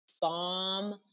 bomb-